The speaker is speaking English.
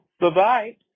Bye-bye